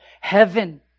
heaven